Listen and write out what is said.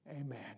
Amen